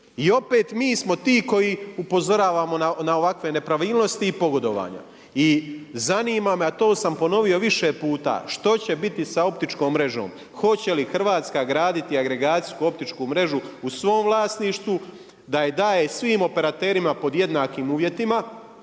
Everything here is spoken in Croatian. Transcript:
I opet mi smo ti koji upozoravamo na ovakve nepravilnosti i pogodovanja. I zanima me i to sam ponovio više puta, što će biti sa optičkom mrežom? Hoće li Hrvatska graditi agregacijsku optičku mrežu u svom vlasništvu, da je daje svim operaterima pod jednakim uvjetima,